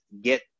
get